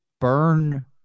burn